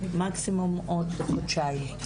מקסימום בעוד חודשיים.